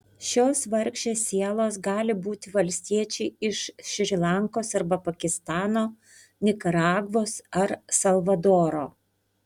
šios vargšės sielos gali būti valstiečiai iš šri lankos arba pakistano nikaragvos ar salvadoro